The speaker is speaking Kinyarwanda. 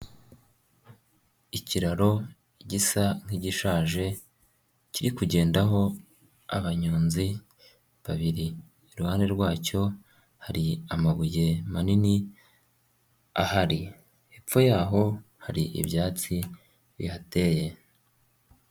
Ikiraro gisa nk'igishaje, kiri kugendaho abanyonzi babiri, iruhande rwacyo hari amabuye manini ahari, hepfo yaho hari ibyatsi bihateye.